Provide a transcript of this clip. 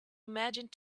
imagined